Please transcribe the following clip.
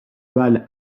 val